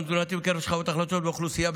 תזונתי בקרב השכבות החלשות באוכלוסייה,